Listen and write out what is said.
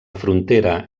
frontera